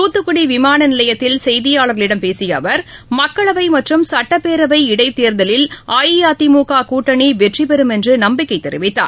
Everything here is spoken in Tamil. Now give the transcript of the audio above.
தூத்துக்குடி விமான நிலையத்தில் செய்தியாளர்களிடம் பேசிய அவர் மக்களவை மற்றும் சுட்டப்பேரவை இடைத்தேர்தலில் அஇஅதிமுக கூட்டணி வெற்றி பெறும் என்று நம்பிக்கை தெரிவித்தார்